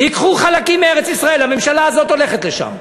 ייקחו חלקים מארץ-ישראל, הממשלה הזאת הולכת לשם,